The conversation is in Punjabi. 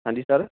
ਹਾਂਜੀ ਸਰ